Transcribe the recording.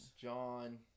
John